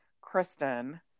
Kristen